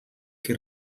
que